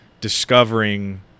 discovering